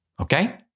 okay